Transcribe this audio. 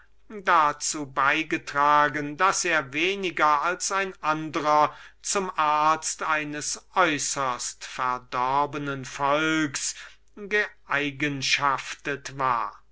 dazu beigetragen daß er weniger als ein andrer der nicht nach so sehr abgezogenen grundsätzen gehandelt hätte zum arzt eines äußerst verdorbenen volkes geeigenschaftet war